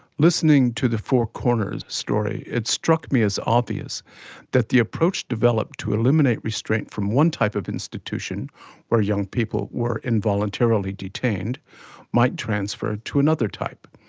listening to the four corners story it struck me as obvious that the approach developed to eliminate restraint from one type of institution where young people were involuntarily detained might transfer to another type.